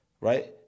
right